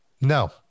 No